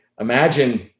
imagine